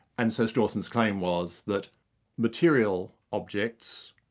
and so strawson's claim was that material objects,